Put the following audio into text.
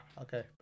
okay